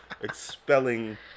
expelling